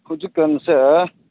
ꯍꯧꯖꯤꯛꯀꯥꯟꯁꯦ